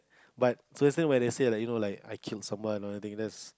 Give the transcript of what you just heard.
but seriously when they say like you know like I kill someone or anything that's